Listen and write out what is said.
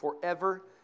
forever